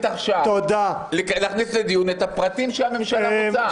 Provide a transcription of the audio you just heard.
עכשיו להכניס לדיון את הפרטים שהממשלה רוצה?